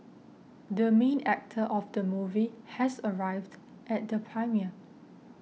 the main actor of the movie has arrived at the premiere